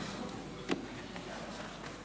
חברי הכנסת,